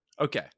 Okay